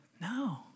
No